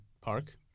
park